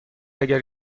اگر